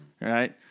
right